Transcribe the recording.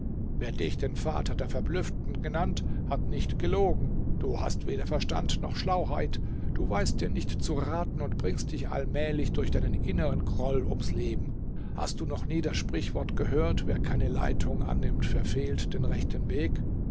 wer dich den vater der verblüfften genannt hat nicht gelogen du hast weder verstand noch schlauheit du weiß dir nicht zu raten und bringst dich allmählich durch deinen inneren groll ums leben hast du noch nie das sprichwort gehört wer keine leitung annimmt verfehlt den rechten weg